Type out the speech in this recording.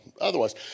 otherwise